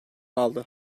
aldı